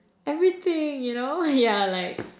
everything you know yeah like